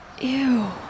Ew